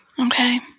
Okay